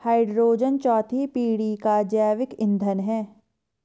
hydrogen चौथी पीढ़ी का जैविक ईंधन है